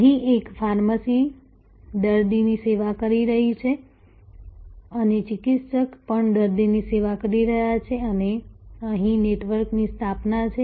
અહીં એક ફાર્મસી દર્દીની સેવા કરી રહી છે અને ચિકિત્સક પણ દર્દીની સેવા કરી રહ્યા છે અને અહીં નેટવર્કની રચના છે